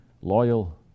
loyal